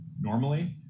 normally